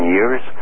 Years